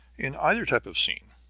in either type of scene,